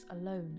alone